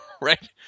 Right